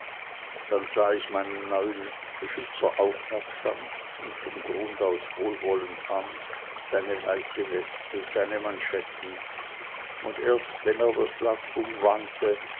dann sah ich meinen neuen beschützer aufmerksam und von grund aus wohlwollend an seine weiße weste seine manschetten und erst wenn er das blatt umwandte